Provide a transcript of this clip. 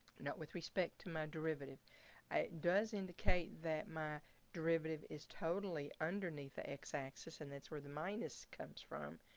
not with respect to my derivative it does indicate that my derivative is totally underneath the x axis and that's where the minus comes from,